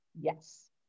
Yes